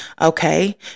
Okay